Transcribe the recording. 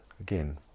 Again